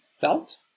felt